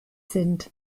sind